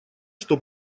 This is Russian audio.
что